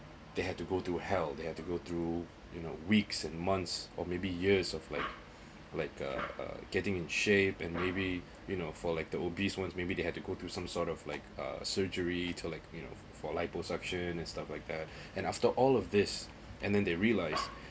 they had to go to hell they have to go through you know weeks and months or maybe years of like like uh getting in shape and maybe you know for like the obese once maybe they had to go through some sort of like a surgery to like you know for liposuction and stuff like that and after all of this and then they realised